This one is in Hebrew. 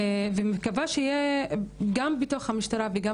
ואני מקווה שיהיה גם בתוך המשטרה וגם